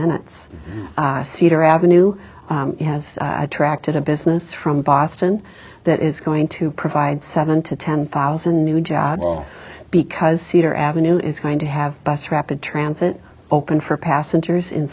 minutes cedar avenue has attracted a business from boston that is going to provide seven to ten thousand new jobs because cedar avenue is going to have bus rapid transit open for passengers in